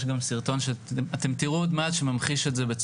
יש גם סרטון שממחיש את זה ואתם תראו אותו,